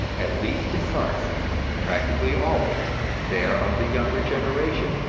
at least in part practically always they are of the younger generation,